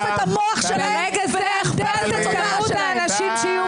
את המוח שלהם --- ואת התודעה שלהם.